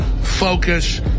focus